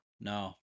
No